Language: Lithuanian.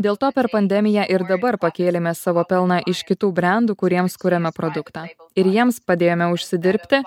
dėl to per pandemiją ir dabar pakėlėme savo pelną iš kitų brendų kuriems kuriame produktą ir jiems padėjome užsidirbti